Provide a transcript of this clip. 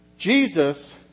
Jesus